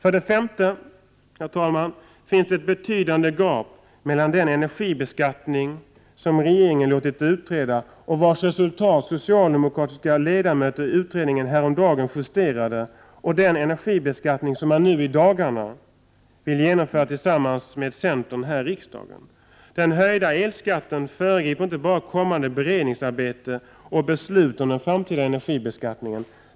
För det femte finns det ett betydande gap mellan den energibeskattning som regeringen låtit utreda, en utredning vars resultat socialdemokratiska ledamöter i utredningen häromdagen justerade, och den energibeskattning som man nu i dagarna vill genomföra tillsammans med centern här i riksdagen. Den höjda elskatten föregriper inte bara kommande beredningsarbete och beslut om den framtida energibeskattningen.